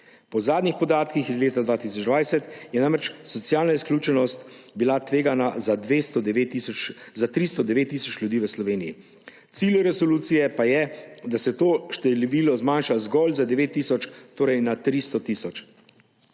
Po zadnjih podatkih iz leta 2020 je bila namreč socialna izključenost tvegana za 309 tisoč ljudi v Slovenji, cilj v resolucije pa je, da se to število zmanjša zgolj za 9 tisoč, torej na 300 tisoč.